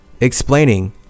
explaining